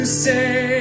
say